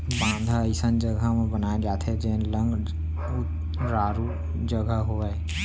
बांधा अइसन जघा म बनाए जाथे जेन लंग उरारू जघा होवय